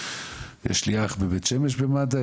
יש לי אח בבית שמש במד"א,